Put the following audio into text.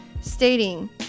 stating